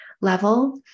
level